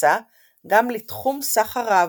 נכנסה גם לתחום סחר העבדים.